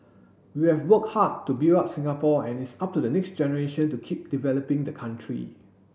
we have worked hard to build up Singapore and it's up to the next generation to keep developing the country